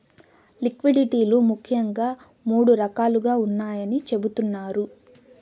liquidity లు ముఖ్యంగా మూడు రకాలుగా ఉన్నాయని చెబుతున్నారు